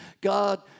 God